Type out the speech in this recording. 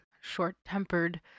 short-tempered